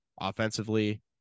offensively